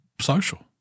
social